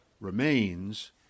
remains